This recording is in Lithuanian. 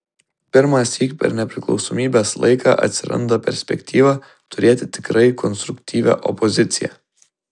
pirmąsyk per nepriklausomybės laiką atsiranda perspektyva turėti tikrai konstruktyvią opoziciją